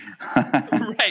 Right